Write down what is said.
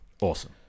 Awesome